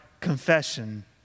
confession